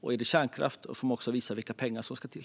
Och är det kärnkraft får man visa vilka pengar som ska till.